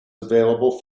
available